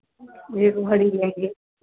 एक भरी लेंगे